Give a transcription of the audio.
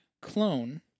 clone